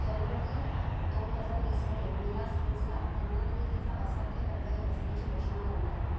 जानेवारी दोन हजार वीसमध्ये विलास केचला अन्ननलिकेचा असाध्य कर्करोग असल्याची घोषणा करण्यात आली